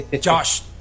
Josh